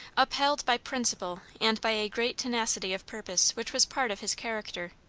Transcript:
upheld by principle and by a great tenacity of purpose which was part of his character.